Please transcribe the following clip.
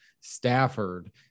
Stafford